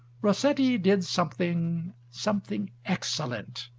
rossetti did something, something excellent,